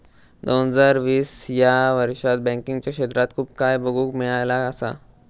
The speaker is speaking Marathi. दोन हजार वीस ह्या वर्षात बँकिंगच्या क्षेत्रात खूप काय बघुक मिळाला असा